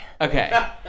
Okay